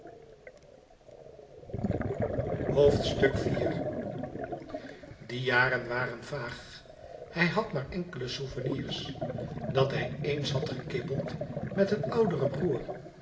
die jaren waren vaag hij had maar enkele souvenirs dat hij eens had gekibbeld met een ouderen broêr